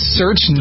search